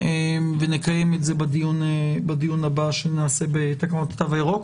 ונקיים את זה בדיון הבא שנעשה בתו הירוק.